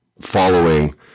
following